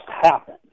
happen